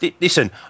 listen